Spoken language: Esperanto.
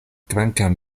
kvankam